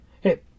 Hey